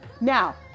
Now